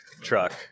truck